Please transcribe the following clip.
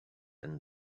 and